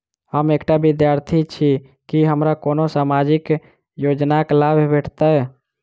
हम एकटा विद्यार्थी छी, की हमरा कोनो सामाजिक योजनाक लाभ भेटतय?